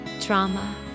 trauma